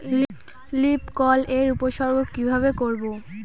Leaf curl এর উপসর্গ কিভাবে করব?